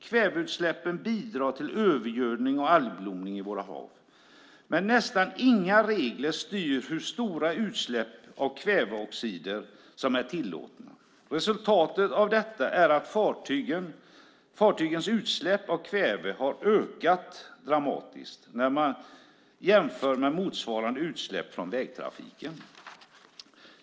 Kväveutsläppen bidrar till övergödning och algblomning i våra hav. Men nästan inga regler styr hur stora utsläpp av kväveoxider som är tillåtna. Resultatet av detta är att fartygens utsläpp av kväve har ökat dramatiskt när man jämför med motsvarande utsläpp från vägtrafiken.